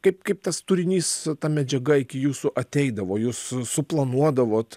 kaip kaip tas turinys ta medžiaga iki jūsų ateidavo jūs suplanuodavot